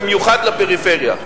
במיוחד לפריפריה.